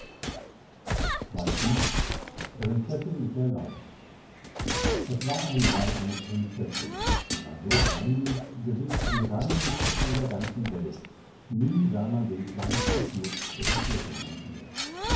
prinzessin mit der laus es war einmal eine prinzessin die war so reinlich gewiß die reinlichste von der ganzen welt nie sah man den kleinsten schmutz oder flecken an ihr